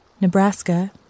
Nebraska